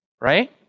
Right